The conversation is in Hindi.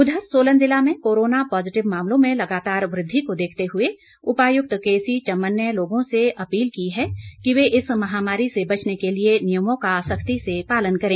उधर सोलन जिला में कोरोना पॉजीटिव मामलों में लगातार वृद्धि को देखते हुए उपायुक्त केसी चमन ने लोगों से अपील कि है कि वे इस महामारी से बचने के लिए नियमों का सख्ती से पालन करें